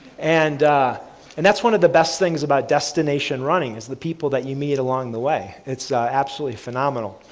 and and that's one of the best things about destination running, as the people that you meet along the way, it's absolutely phenomenal.